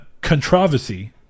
controversy